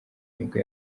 nibwo